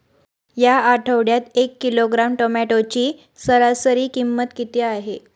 या आठवड्यात एक किलोग्रॅम टोमॅटोची सरासरी किंमत किती आहे?